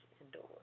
indoors